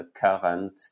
current